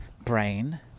brain